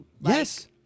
Yes